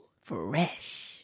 Fresh